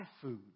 food